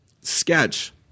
sketch